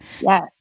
Yes